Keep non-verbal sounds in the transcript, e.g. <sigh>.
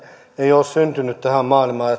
ole ole syntynyt tähän maailmaan <unintelligible>